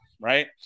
right